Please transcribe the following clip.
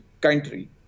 country